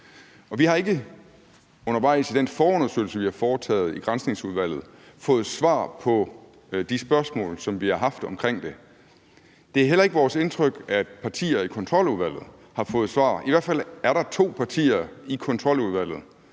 vi har ikke undervejs i den forundersøgelse, der er foretaget i Granskningsudvalget, fået svar på de spørgsmål, som vi har haft til det. Det er heller ikke vores indtryk, at partier i Kontroludvalget har fået svar. I hvert fald er der to partier i Kontroludvalget,